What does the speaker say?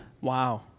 Wow